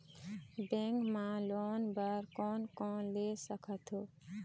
Bank मा loan बर कोन कोन ले सकथों?